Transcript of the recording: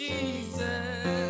Jesus